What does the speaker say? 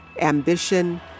ambition